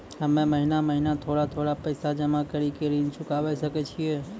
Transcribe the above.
हम्मे महीना महीना थोड़ा थोड़ा पैसा जमा कड़ी के ऋण चुकाबै सकय छियै?